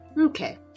Okay